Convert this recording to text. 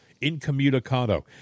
incommunicado